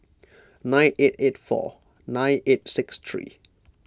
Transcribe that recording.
nine eight eight four nine eight six three